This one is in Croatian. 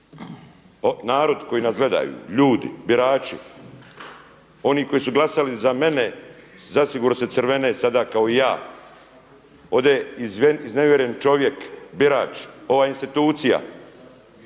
Narod koji nas gledaju, ljudi, birači, oni koji su glasali za mene zasigurno se crvene sada kao i ja. Ovdje je iznevjeren čovjek, birač, ova institucija,